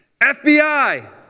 FBI